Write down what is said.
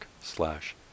slash